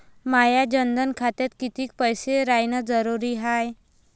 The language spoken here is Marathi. माया जनधन खात्यात कितीक पैसे रायन जरुरी हाय?